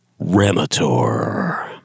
Ramator